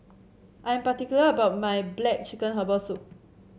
I am particular about my black chicken Herbal Soup